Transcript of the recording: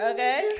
Okay